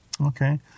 Okay